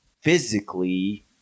physically